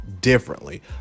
differently